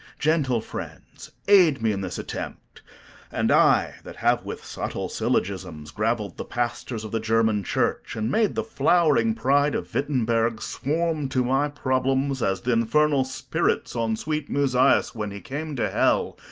gentle friends, aid me in this attempt and i, that have with subtle syllogisms gravell'd the pastors of the german church, and made the flowering pride of wittenberg swarm to my problems, as th' infernal spirits on sweet musaeus when he came to hell,